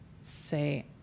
say